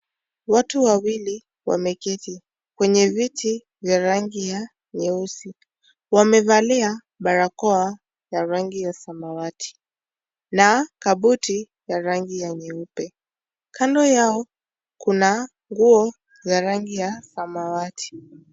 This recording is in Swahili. Watu wawili wameketi kwenye viti vya rangi ya nyeusi. Wamevalia barakoa ya rangi ya samawati na kabuti ya rangi ya nyeupe. Kando yao kuna nguo ya rangi ya samawati.